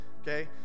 Okay